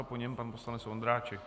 Po něm pan poslanec Ondráček.